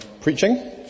preaching